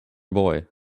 boy